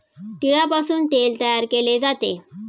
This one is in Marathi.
तिळापासून तेल तयार केले जाते